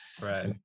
Right